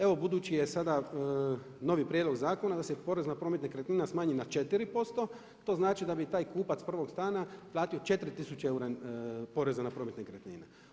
Evo budući je sada novi prijedlog zakona da se porez na promet nekretnina smanji na 4% to znači da bi taj kupac prvog stana platio 4 tisuće eura poreza na promet nekretnina.